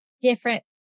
different